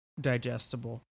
digestible